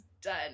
done